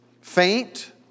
faint